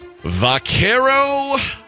Vaquero